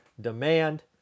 demand